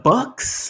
Bucks